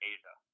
Asia